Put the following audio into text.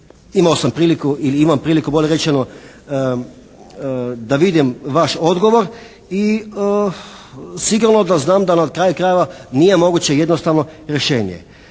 imao sam priliku ili imam priliku bolje rečeno da vidim vaš odgovor i sigurno da znam da na kraju krajeva nije moguće jednostavno rješenje.